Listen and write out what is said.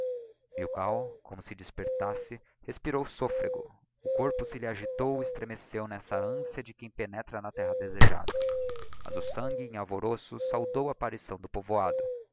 cachoeiro milkau como si despertasse respirou sôfrego o corpo se lhe agitou e estremeceu n'essa anciã de quem penetra na terra desejada mas o sangue em alvoroço saudou a apparição do povoado